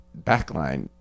Backline